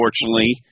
unfortunately